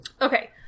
Okay